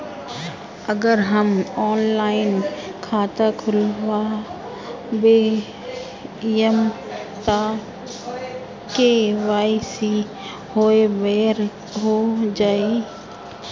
अगर हम ऑनलाइन खाता खोलबायेम त के.वाइ.सी ओहि बेर हो जाई